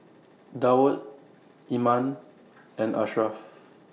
Daud Iman and Ashraf